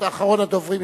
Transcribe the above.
אתה אחרון הדוברים,